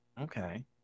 Okay